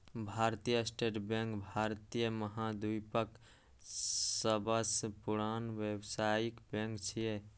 भारतीय State Bank भारतीय महाद्वीपक सबसं पुरान व्यावसायिक बैंक छियै